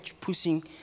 pushing